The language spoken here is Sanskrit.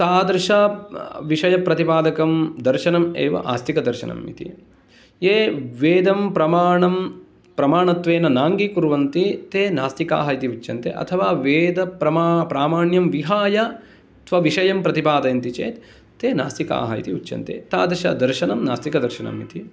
तादृशं विषयप्रतिपादकं दर्शनं एव आस्तिकदर्शनम् इति ये वेदं प्रमाणं प्रमाणत्वेन नाङ्गीकुर्वन्ति ते नास्तिकाः इति उच्यन्ते अथवा वेदप्रमा प्रामाण्यं विहाय स्वविषयं प्रतिपादयन्ति चेत् ते नास्तिकाः इति उच्यन्ते तादृशं दर्शनं नास्तिकदर्शनम् इति